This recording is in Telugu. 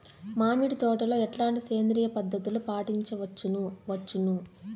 మామిడి తోటలో ఎట్లాంటి సేంద్రియ పద్ధతులు పాటించవచ్చును వచ్చును?